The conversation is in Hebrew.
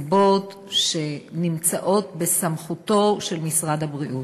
סיבות שנמצאות בסמכותו של משרד הבריאות.